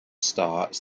starts